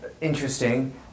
interesting